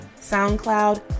SoundCloud